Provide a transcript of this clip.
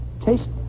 Taste